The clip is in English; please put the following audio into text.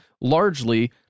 largely